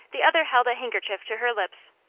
the other held a handkerchief to her lips.